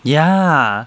ya